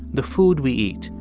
the food we eat,